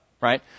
right